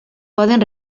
poden